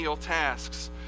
tasks